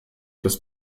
das